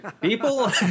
people